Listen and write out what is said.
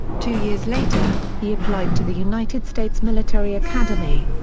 two years later, he applied to the united states military academy.